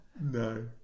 No